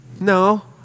No